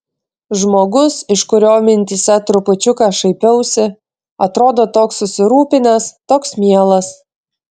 žmogus iš kurio mintyse trupučiuką šaipiausi atrodo toks susirūpinęs toks mielas